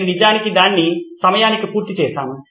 నేను నిజానికి దాన్ని సమయానికి పూర్తి చేసాను